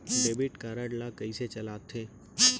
Debit card ला कइसे चलाते?